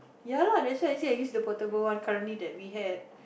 ya lah that's why I use the portable one currently that we had